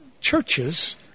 churches